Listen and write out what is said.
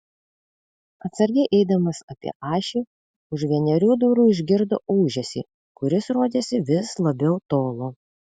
atsargiai eidamas apie ašį už vienerių durų išgirdo ūžesį kuris rodėsi vis labiau tolo